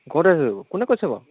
ঘৰতে আছোঁ কোনে কৈছে বাৰু